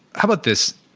how about this,